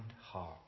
heart